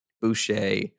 Boucher